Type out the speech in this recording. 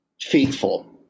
faithful